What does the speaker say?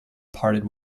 parted